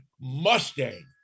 mustang